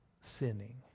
sinning